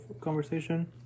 conversation